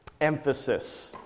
emphasis